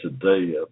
today